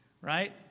right